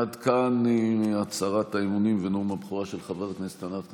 עד כאן הצהרת האמונים ונאום הבכורה של חברת הכנסת ענת כנפו,